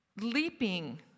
leaping